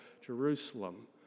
Jerusalem